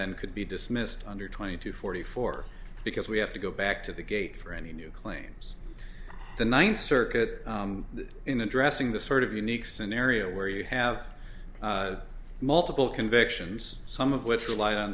it could be dismissed under twenty two forty four because we have to go back to the gate for any new claims the ninth circuit in addressing the sort of unique scenario where you have multiple convictions some of which rel